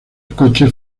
coches